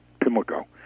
Pimlico